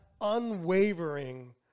unwavering